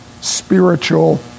spiritual